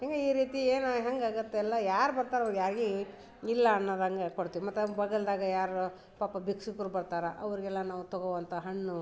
ಹಿಂಗೆ ಈ ರೀತಿ ಏನು ಹೆಂಗೆ ಆಗತ್ತೆ ಎಲ್ಲ ಯಾರು ಬರ್ತಾರೆ ಅವ್ರ್ಗೆ ಯಾರ್ಗೂ ಇಲ್ಲ ಅನ್ನದಂಗೆ ಕೊಡ್ತೀವಿ ಮತ್ತು ಬಗಲ್ದಾಗ ಯಾರೋ ಪಾಪ ಭಿಕ್ಷುಕ್ರು ಬರ್ತಾರೆ ಅವ್ರಿಗೆಲ್ಲ ನಾವು ತಗೊ ಅಂತ ಹಣ್ಣು